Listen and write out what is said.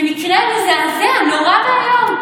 זה מקרה מזעזע, נורא ואיום,